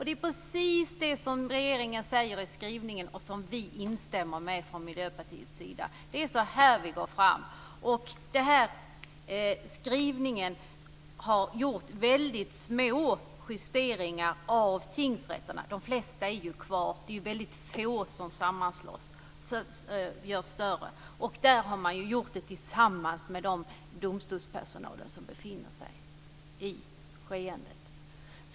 Det är precis som regeringen säger i skrivningen och som vi instämmer i från Miljöpartiets sida. Det är så här vi går fram. Skrivningen har resulterat i väldigt små justeringar av tingsrätterna. De flesta är kvar. Det är väldigt få som slås samman och görs större. Det har man gjort tillsammans med den domstolspersonal som befinner sig i skeendet.